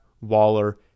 Waller